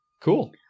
Cool